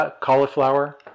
cauliflower